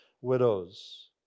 widows